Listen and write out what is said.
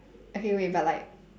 okay wait but like